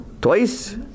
Twice